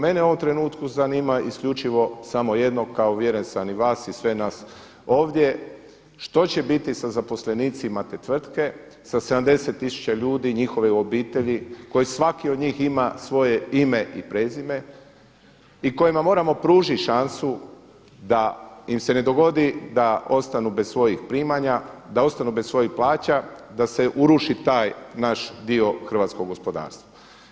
Mene u ovom trenutku zanima isključivo samo jedno, kao uvjeren sam i vas i sve nas ovdje što će biti sa zaposlenicima te tvrtke, sa 70 tisuća ljudi, njihovih obitelji koji svaki od njih ima svoje ime i prezime i kojima moramo pružiti šansu da im se ne dogoditi da ostanu bez svojih primanja, da ostanu bez svojih plaća, da se uruši taj naš dio hrvatskog gospodarstva.